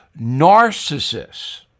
narcissists